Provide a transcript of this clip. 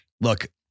Look